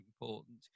important